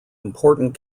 important